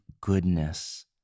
goodness